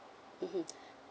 mmhmm